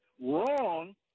wrong